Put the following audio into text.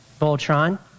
voltron